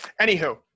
Anywho